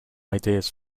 ideas